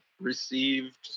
received